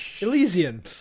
Elysian